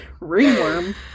Ringworm